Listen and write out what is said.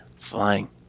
flying